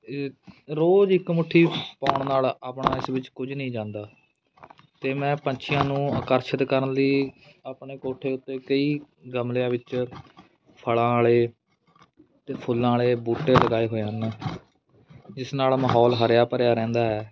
ਰੋਜ਼ ਇੱਕ ਮੁੱਠੀ ਪਾਉਣ ਨਾਲ ਆਪਣਾ ਇਸ ਵਿੱਚ ਕੁਝ ਨਹੀਂ ਜਾਂਦਾ ਅਤੇ ਮੈਂ ਪੰਛੀਆਂ ਨੂੰ ਆਕਰਸ਼ਿਤ ਕਰਨ ਲਈ ਆਪਣੇ ਕੋਠੇ ਉੱਤੇ ਕਈ ਗਮਲਿਆਂ ਵਿੱਚ ਫਲਾਂ ਵਾਲੇ ਅਤੇ ਫੁੱਲਾਂ ਵਾਲੇ ਬੂਟੇ ਲਗਾਏ ਹੋਏ ਹਨ ਇਸ ਨਾਲ ਮਾਹੌਲ ਹਰਿਆ ਭਰਿਆ ਰਹਿੰਦਾ ਹੈ